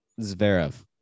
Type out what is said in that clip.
Zverev